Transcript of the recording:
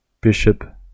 bishop